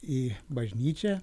į bažnyčią